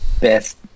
best